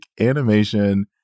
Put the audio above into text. animation